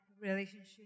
relationship